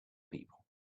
people